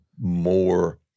more